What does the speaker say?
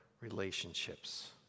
relationships